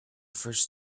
first